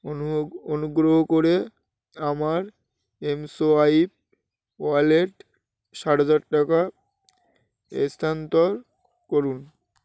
অনুগ্রহ করে আমার এমসোয়াইপ ওয়ালেট ষাট হাজার টাকা স্থানান্তর করুন